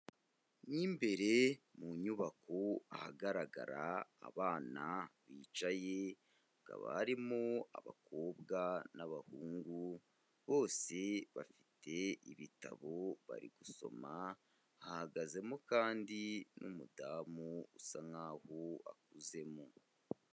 Mo imbere mu nyubako ahagaragara abana bicaye hakaba harimo abakobwa n'abahungu bose bafite ibitabo bari gusoma, hahagazemo kandi n'umudamu usa nk'aho akuzemo.